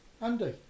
Andy